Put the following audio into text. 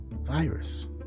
virus